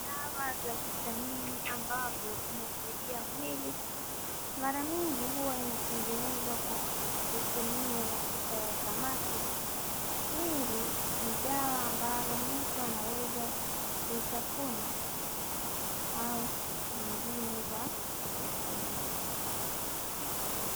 Dawa za kisanii ambazo zinasaidia mwili, mara mingi huwa inatengenezwa kwa kutumia mafuta ya samaki, ili dawa ambalo mtu anaweza kutafuna au zingine za kuunywa.